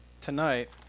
tonight